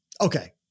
okay